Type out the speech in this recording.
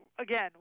Again